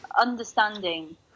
understanding